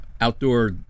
outdoor